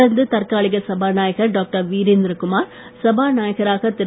தொடர்ந்து தற்காலிய சபாநாயகர் டாக்டர் வீரேந்திர குமார் சபாநாயகராக திரு